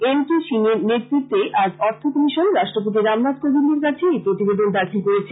NK Singh এর নেতৃত্বে আজ অর্থ কমিশন রাষ্ট্রপতি রামনাথ কোবিন্দের কাছে এই প্রতিবেদন দাখিল করেছে